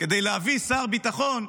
כדי להביא שר ביטחון,